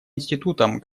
институтом